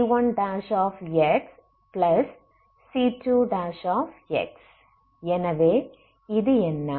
cc c1xc2 எனவே இது என்ன